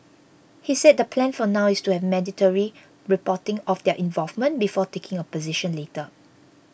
he said the plan for now is to have mandatory reporting of their involvement before taking a position later